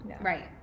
right